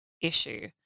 issue